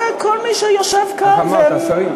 כל מי שיושב כאן, את אמרת "השרים".